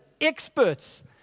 experts